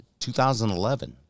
2011